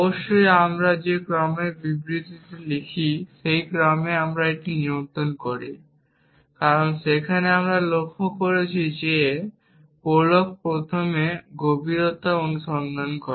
অবশ্যই আমরা যে ক্রমে বিবৃতি লিখি সেই ক্রমে আমরা এটি নিয়ন্ত্রণ করি কারণ সেখানে আমরা লক্ষ্য করেছি যে প্রোলগ প্রথমে গভীরতা অনুসন্ধান করে